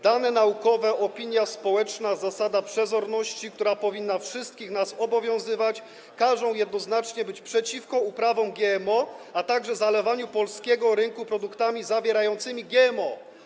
Dane naukowe, opinia społeczna, zasada przezorności, która powinna wszystkich nas obowiązywać, każą jednoznacznie być przeciwko uprawom GMO, a także zalewaniu polskiego rynku produktami zawierającymi GMO.